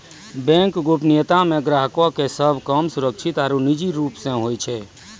bank गोपनीयता मे ग्राहको के सभ काम सुरक्षित आरु निजी रूप से होय छै